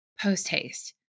post-haste